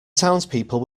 townspeople